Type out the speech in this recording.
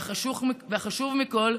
והחשוב מכול,